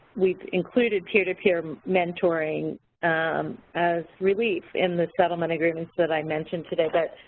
we included peer to peer mentoring as relief in the settlement agreements that i mentioned today, but